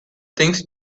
things